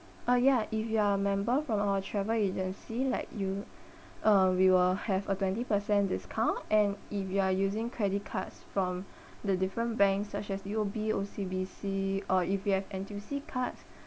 uh yeah if you are a member from our travel agency like you uh we will have a twenty percent discount and if you are using credit cards from the different banks such as U_O_B O_C_B_C or if you have N_T_U_C cards